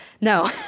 no